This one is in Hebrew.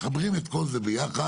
מחברים את כל זה ביחד,